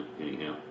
anyhow